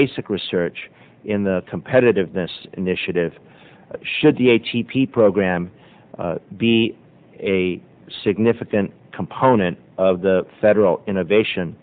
basic research in the competitiveness initiative should the a t p program be a significant component of the federal innovation